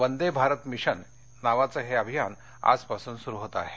Vande Bharat mission नावाचं हे अभियान आजपासून सुरू होत आहे